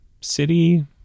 city